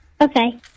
Okay